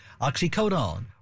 oxycodone